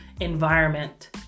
environment